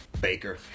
Baker